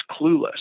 clueless